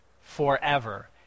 forever